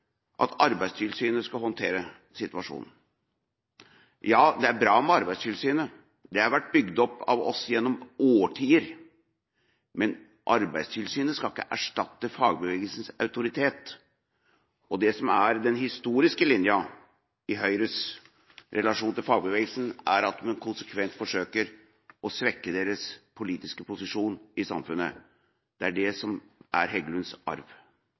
at Arbeidstilsynet skal håndtere situasjonen. Ja, det er bra med Arbeidstilsynet, det har vært bygd opp av oss gjennom årtier. Men Arbeidstilsynet skal ikke erstatte fagbevegelsens autoritet. Det som er den historiske linjen i Høyres relasjon til fagbevegelsen, er at man konsekvent forsøker å svekke deres politiske posisjon i samfunnet. Det er det som er Heggelunds arv.